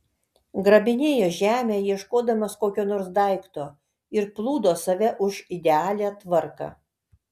grabinėjo žemę ieškodamas kokio nors daikto ir plūdo save už idealią tvarką